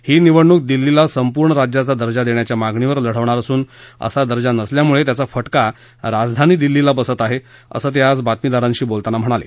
ही निवडणूक दिल्लीला सर्पूर्वी राज्याचा दर्जा देण्याच्या मागणीवर लढवणार असून असा दर्जा नसल्यामुळे त्याचा फटका राजधानी दिल्लीला बसत आहे असत्रिं आज बातमीदाराध्यी बोलताना म्हणाले